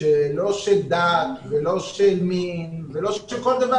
לא של דת ולא של מין וכולי.